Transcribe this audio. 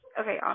Okay